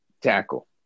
tackle